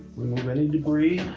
remove any debris,